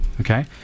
Okay